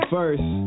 First